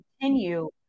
continue